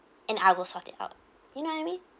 and I will sort it out you know what I mean